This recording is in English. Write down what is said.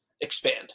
expand